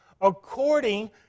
according